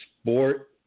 sport